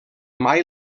mai